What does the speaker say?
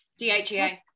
dhea